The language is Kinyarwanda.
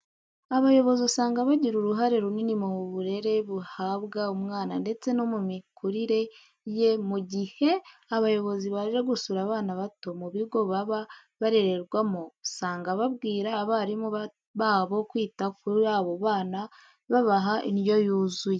Abayobozi usanga bagira uruhare runini mu burere buhabwa umwana ndetse no mu mikurire ye. Mu gihe abayobozi baje gusura abana bato mu bigo baba barererwamo, usanga babwira abarimu babo kwita kuri abo bana babaha indyo yuzuye.